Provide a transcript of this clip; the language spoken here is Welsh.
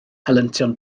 helyntion